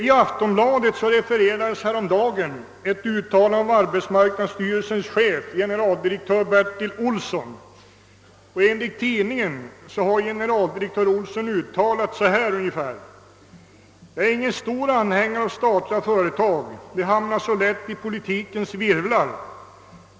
I Aftonbladet refererades häromdagen ett uttalande av arbetsmarknadsstyrelsens chef, generaldirektör Bertil Olsson. Enligt tidningen har han sagt: »Jag är ingen stor anhängare av statliga företag, de hamnar så lätt i politikens virvlar.